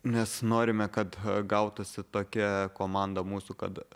nes norime kad gautųsi tokia komanda mūsų kad